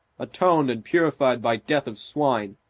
atoned and purified by death of swine.